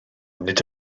nid